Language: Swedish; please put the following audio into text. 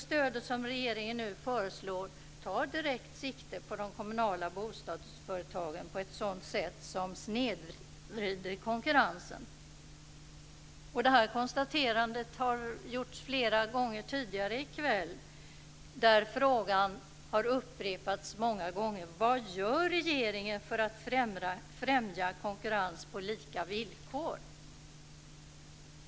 Stödet som regeringen nu föreslår tar direkt sikte på de kommunala bostadsföretagen på ett sätt som snedvrider konkurrensen. Detta konstaterande har gjorts flera gånger tidigare i kväll, och frågan har upprepats många gånger: Vad gör regeringen för att främja konkurrens på lika villkor?